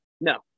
No